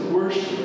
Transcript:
worship